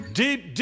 deep